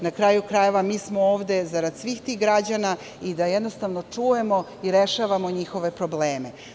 Na kraju krajeva mi smo ovde zarad svih tih građana i da jednostavno čujemo i rešavamo njihove probleme.